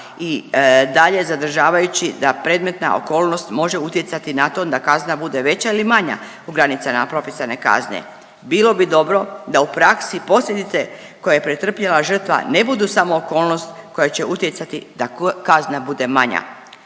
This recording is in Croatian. i dalje zadržavajući da predmetna okolnost može utjecati na to da kazna bude veća ili manja u granicama propisane kazne. Bilo bi dobro da u praksi posljedice koje je pretrpjela žrtva ne budu samo okolnosti koje će utjecati da kazna bude manja.